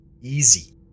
easy